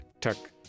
tuck